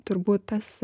turbūt tas